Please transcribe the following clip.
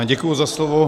Děkuji za slovo.